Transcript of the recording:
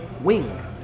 Wing